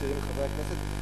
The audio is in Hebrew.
צעירים מחברי הכנסת,